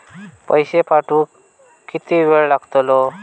पैशे पाठवुक किती वेळ लागतलो?